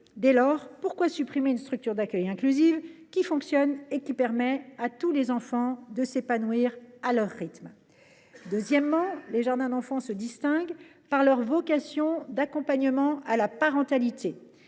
Dès lors, pourquoi supprimer une structure d’accueil inclusive qui fonctionne et permet à tous les enfants de s’épanouir à leur rythme ? Deuxièmement, les jardins d’enfants se distinguent par leur vocation d’accompagnement à la parentalité.